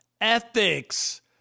ethics